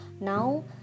now